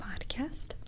podcast